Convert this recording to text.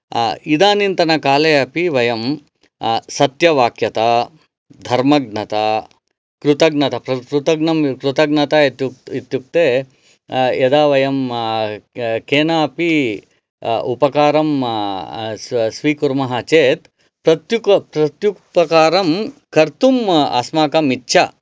इदानींतनकाले अपि वयं सत्यवाक्यता धर्मज्ञता कृतज्ञता कृतज्ञं कृतज्ञता इत्युक्ते यदा वयं केनापि उपकारं स्वीकुर्मः चेत् प्रत्युपकारं कर्तुम् अस्माकम् इच्छा